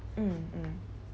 mm mm